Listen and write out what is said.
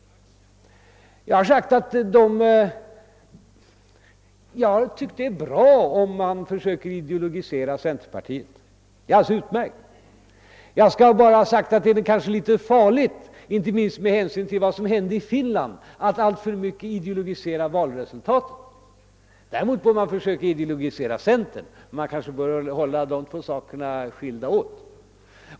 Jag tycker det är alldeles utmärkt att man försöker att ideologisera centern. Men det är väl kanske litet farligt, inte minst med hänsyn till vad som hände i Finland, att allt för mycket ideologisera valresultatet. Däremot bör man försöka ideologisera centern, men man bör nog hålla de två sakerna skilda åt.